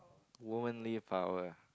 womanly power